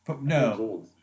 no